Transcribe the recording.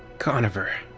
conover.